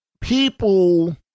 people